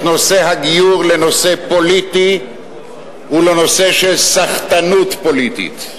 נושא הגיור לנושא פוליטי ולנושא של סחטנות פוליטית.